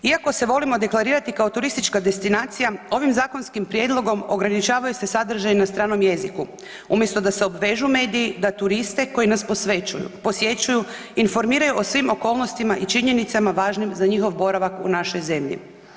Iako se vodimo deklarirati kao turistička destinacija, ovim zakonskim prijedlogom ograničavaju se sadržaji na stranom jeziku umjesto da se obvežu mediji da turiste koji nas posjećuju informiraju o svim okolnostima i činjenicama važnim za njihov boravak u našoj zemlji.